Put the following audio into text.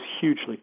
hugely